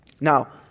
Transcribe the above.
Now